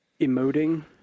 emoting